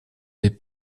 des